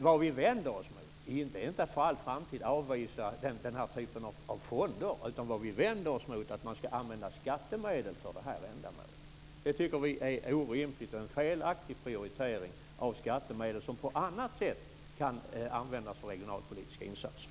Det vi vänder oss emot är inte att för all framtid avvisa den här typen av fonder, utan mot att man ska använda skattemedel för detta ändamål. Det tycker vi är orimligt och en felaktig prioritering av skattemedel som kan användas på annat sätt för regionalpolitiska insatser.